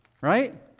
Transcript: right